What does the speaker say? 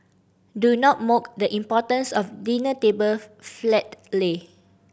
do not mock the importance of a dinner table flat lay